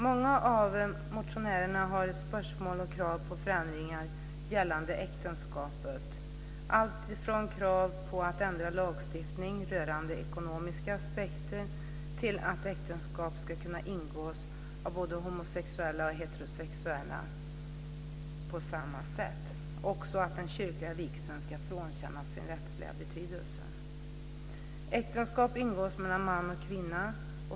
Många av motionärerna framför krav på förändringar gällande äktenskapet, alltifrån krav på ändrad lagstiftning rörande ekonomiska aspekter till att äktenskap ska kunna ingås av både homosexuella och heterosexuella på samma sätt och att den kyrkliga vigseln ska frånkännas sin rättsliga betydelse. Äktenskap ingås mellan man och kvinna.